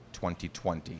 2020